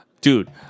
Dude